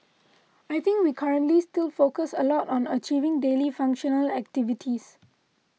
I think we currently still focus a lot on achieving daily functional activities